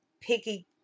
picky